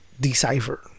decipher